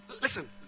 Listen